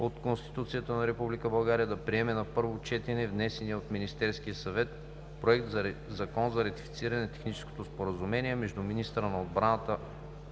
от Конституцията на Република България, да приеме на първо четене, внесения от Министерския съвет проект за Закон за ратифициране на Техническото споразумение между министъра на отбраната